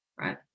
right